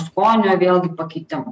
skonio vėlgi pakitimų